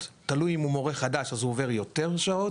תלוי אם הוא מורה חדש אז הוא עובר יותר שעות.